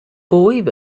believe